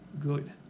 good